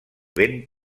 ben